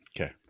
Okay